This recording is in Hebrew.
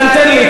תן לי,